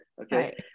okay